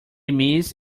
miss